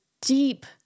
deep